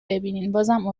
ببینینبازم